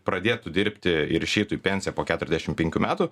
pradėtų dirbti ir išeitų į pensiją po keturiasdešimt penkių metų